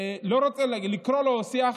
אני לא רוצה לקרוא לו שיח,